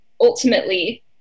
ultimately